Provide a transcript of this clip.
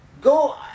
go